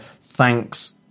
thanks